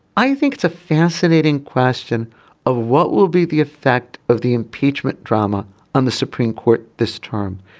i think it's a fascinating question of what will be the effect of the impeachment drama on the supreme court this term.